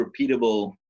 repeatable